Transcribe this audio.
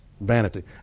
vanity